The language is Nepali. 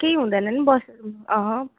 केही हुँदैन नि बस्